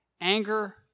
anger